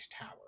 tower